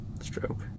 stroke